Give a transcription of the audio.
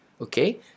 okay